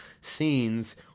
scenes